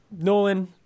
Nolan